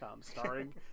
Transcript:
starring